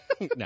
No